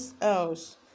else